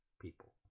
people